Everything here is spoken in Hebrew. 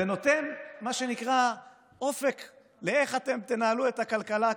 זה נותן מה שנקרא אופק לאיך אתם תנהלו את הכלכלה כאן,